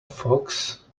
fox